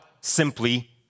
simply